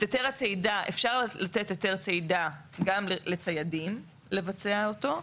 אפשר לתת היתר צידה גם לציידים לבצע אותו.